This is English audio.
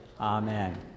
Amen